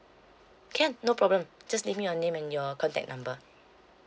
can no problem just leave me your name and your contact number